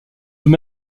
tout